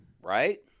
Right